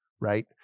right